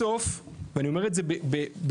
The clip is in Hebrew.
בסוף ואני אומר את זה בכאב,